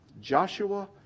Joshua